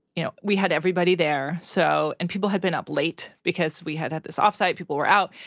you know, we had everybody there. so and people had been up late because we had had this off-site. people were out.